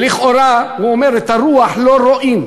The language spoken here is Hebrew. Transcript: ולכאורה, הוא אומר, את הרוח לא רואים,